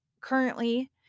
currently